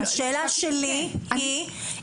השאלה שלי היא,